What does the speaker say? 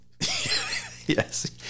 Yes